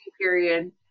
period